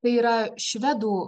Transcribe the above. tai yra švedų